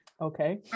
okay